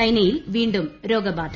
ചൈനയിൽ വീണ്ടും രോഗബാധ